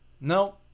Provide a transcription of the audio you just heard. no